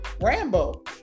Rambo